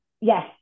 yes